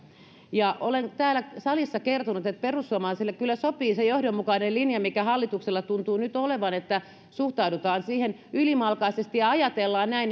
olen täällä salissa kertonut että perussuomalaisille kyllä sopii se johdonmukainen linja mikä hallituksella tuntuu nyt olevan että suhtaudutaan siihen ylimalkaisesti ja ajatellaan näin